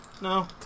No